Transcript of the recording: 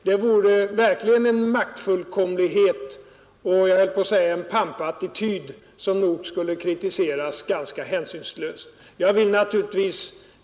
Det vore verkligen en maktfullkomlighet, och jag höll på att säga cn pampattityd, som nog skulle kritiseras ganska hänsynslöst.